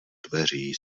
dveří